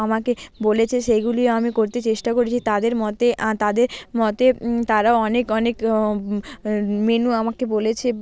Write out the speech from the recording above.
আমাকে বলেছে সেইগুলিও আমি করতে চেষ্টা করেছি তাদের মতে তাদের মতে তারা অনেক অনেক মেনু আমাকে বলেছে